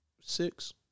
six